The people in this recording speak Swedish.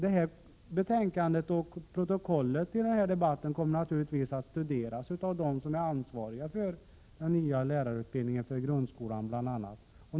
Det här betänkandet och protokollet från denna debatt kommer naturligtvis att studeras av dem som är ansvariga för den nya lärarutbildningen för grundskolan bl.a.